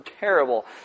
terrible